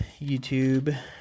YouTube